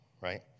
right